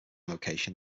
location